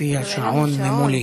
לפי השעון ממולי.